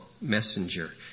messenger